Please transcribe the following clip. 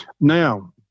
Now